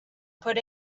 put